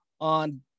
on